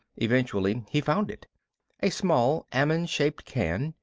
eventually he found it a small almond-shaped can.